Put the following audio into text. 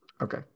Okay